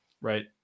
right